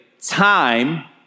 time